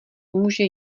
může